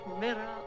mirror